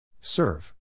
Serve